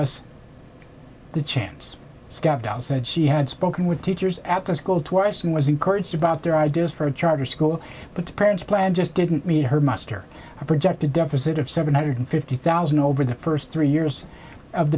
us the chance scout outside she had spoken with teachers at the school twice and was encouraged about their ideas for a charter school but the parents plan just didn't meet her muster a projected deficit of seven hundred fifty thousand over the first three years of